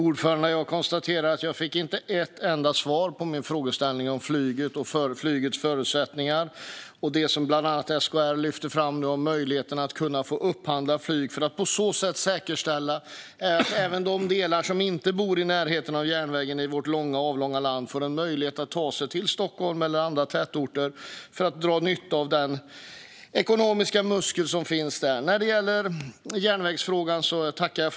Fru talman! Jag konstaterar att jag inte fick ett enda svar på min fråga om flyget och flygets förutsättningar, det som bland annat SKR lyfte fram om möjligheten att upphandla flyg för att på så sätt säkerställa att även de som bor i delar av vårt avlånga land som inte ligger i närheten av en järnväg ska kunna ta sig till Stockholm eller andra tätorter för att dra nytta av den ekonomiska muskel som finns där. Jag tackar för frågan om järnvägen.